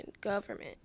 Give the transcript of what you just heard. government